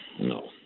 no